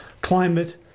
climate